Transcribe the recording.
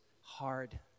hard